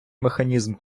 механізм